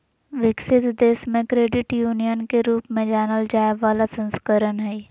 विकसित देश मे क्रेडिट यूनियन के रूप में जानल जाय बला संस्करण हइ